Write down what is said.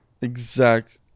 exact